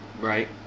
Right